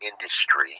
industry